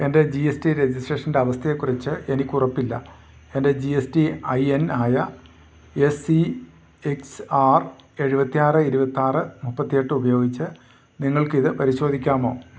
എന്റെ G S T രജിസ്ട്രേഷന്റെ അവസ്ഥയെക്കുറിച്ച് എനിക്കുറപ്പില്ല എന്റെ G S T I N ആയ ഏ സി എക്സ് ആർ എഴുപത്തിയാറ് ഇരുപത്തിയാറ് മുപ്പത്തിയെട്ടുപയോഗിച്ച് നിങ്ങൾക്കിതു പരിശോധിക്കാമോ